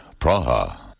Praha